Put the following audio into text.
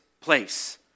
place